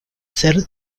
ser